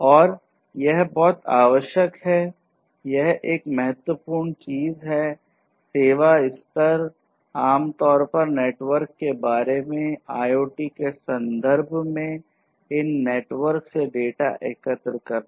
और यह बहुत आवश्यक है यह एक महत्वपूर्ण चीज है सेवा स्तर आम तौर पर नेटवर्क के बारे में IoT के संदर्भ में इन नेटवर्क से डेटा एकत्र करना